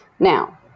Now